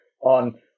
on